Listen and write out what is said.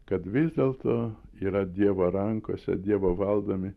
kad vis dėlto yra dievo rankose dievo valdomi